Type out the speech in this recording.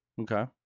Okay